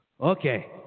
Okay